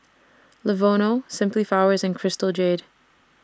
Lenovo Simply Flowers and Crystal Jade